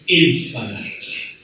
infinitely